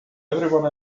everyone